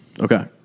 Okay